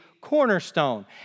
cornerstone